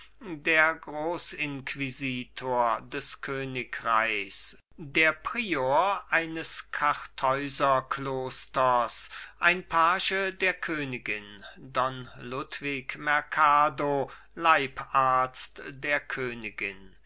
der grossinquisitor des königreichs der prior eines kartäuserklosters ein page der königin don ludwig merkado leibarzt der königin